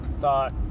thought